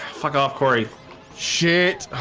fuck off cory shit